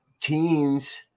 teens